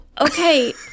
okay